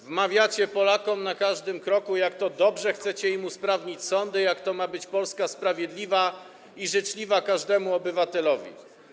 wmawiacie Polakom na każdym kroku, jak to dobrze chcecie im usprawnić sądy, jak to ma być Polska sprawiedliwa i życzliwa każdemu obywatelowi.